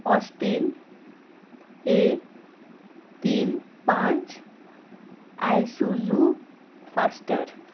ऑस्टेन A तीन पांच Isuzu faster